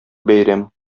бәйрәм